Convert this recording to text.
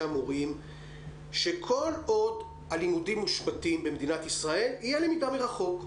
המורים שכל עוד הלימודים מושבתים במדינת ישראל תהיה למידה מרחוק.